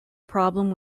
problem